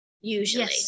usually